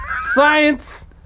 Science